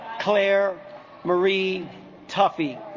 claire marie tuffy